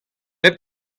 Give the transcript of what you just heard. pep